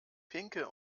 pinke